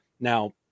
Now